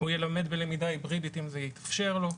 הוא ילמד בלמידה היברידית אם זה יתאפשר לו,